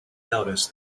noticed